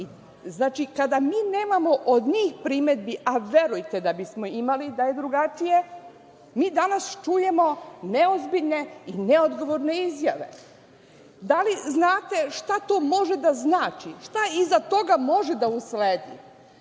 kada mi nemamo od njih primedbi, a verujte da bismo imali da je drugačije, mi danas čujemo neozbiljne i neodgovorne izjave. Da li znate šta to može da znači? Šta iza toga može da usledi?